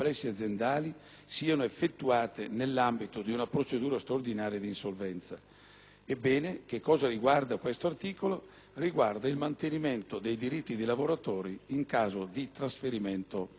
Ebbene, questo articolo del codice civile riguarda il mantenimento dei diritti di lavoratori in caso di trasferimento di azienda. Il vero scopo, lo scopo nascosto di questo decreto